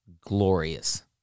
glorious